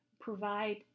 provide